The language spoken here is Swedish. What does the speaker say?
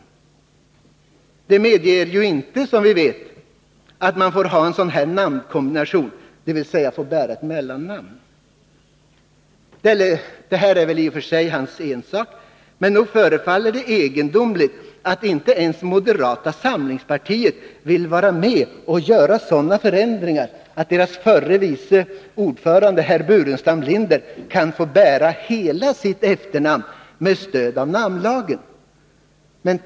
Den medger ju inte en sådan här namnkombination, dvs. ett mellannamn. Det är väl i och för sig hans ensak, men nog förefaller det egendomligt att moderaterna inte vill vara med och göra sådana förändringar att deras förre vice ordförande herr Burenstam Linder kan få bära hela sitt efternamn med stöd av namnlagen.